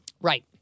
Right